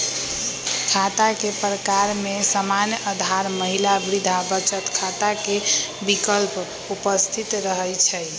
खता के प्रकार में सामान्य, आधार, महिला, वृद्धा बचत खता के विकल्प उपस्थित रहै छइ